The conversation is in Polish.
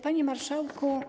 Panie Marszałku!